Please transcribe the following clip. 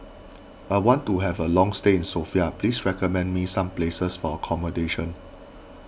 I want to have a long stay in Sofia please recommend me some places for accommodation